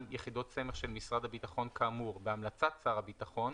יחידות סמך של משרד הביטחון כאמור בהמלצת שר הביטחון,